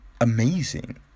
Amazing